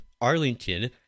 Arlington